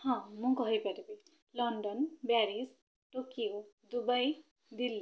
ହଁ ମୁଁ କହିପାରିବି London Paris Tokyo Dubai Delhi